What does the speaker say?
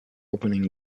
opening